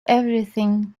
everything